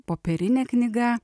popierinė knyga